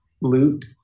loot